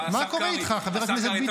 מה קורה איתך, חבר הכנסת ביטון?